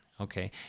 Okay